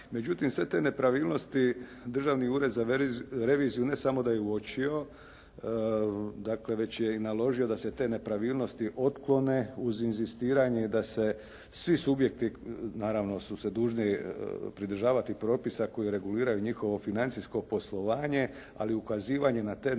Međutim, sve te nepravilnosti Državni ured za reviziju ne samo da je uočio, dakle već je i naložio da se te nepravilnosti otklone uz inzistiranje da se svi subjekti, naravno su se dužni pridržavati propisa koji reguliraju njihovo financijsko poslovanje, ali ukazivanje na te nepravilnosti